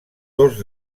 dos